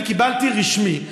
אלה תשובות שאני קיבלתי, רשמית.